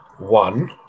one